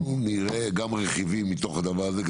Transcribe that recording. אנחנו נראה גם רכיבים מתוך הדבר הזה.